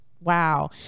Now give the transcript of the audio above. wow